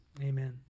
Amen